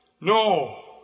No